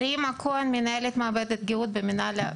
רימה כהן, מנהלת מעבדת גיהות במינהל הבטיחות.